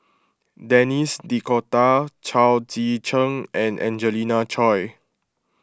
Denis D'Cotta Chao Tzee Cheng and Angelina Choy